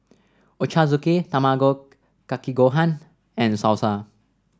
Ochazuke Tamago Kake Gohan and Salsa